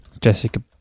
Jessica